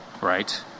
Right